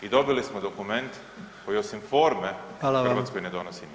I dobili smo dokument koji osim forme, Hrvatskoj ne donosi ništa.